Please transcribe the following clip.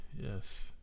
yes